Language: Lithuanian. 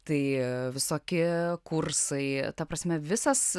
tai visokie kursai ta prasme visas